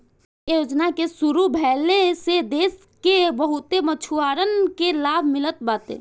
इ योजना के शुरू भइले से देस के बहुते मछुआरन के लाभ मिलल बाटे